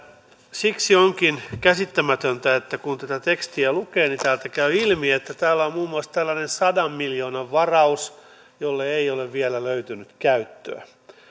siksi onkin käsittämätöntä että kun tätä tekstiä lukee niin täältä käy ilmi että täällä on muun muassa tällainen sadan miljoonan varaus jolle ei ole vielä löytynyt käyttöä